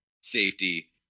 safety